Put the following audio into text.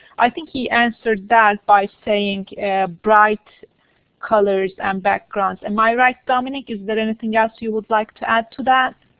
i think he answered that by saying bright colors and backgrounds. am i right, dominique? is that anything else you would like to add to that?